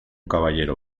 caballero